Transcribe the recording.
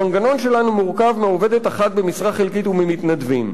המנגנון שלנו מורכב מעובדת אחת במשרה חלקית וממתנדבים.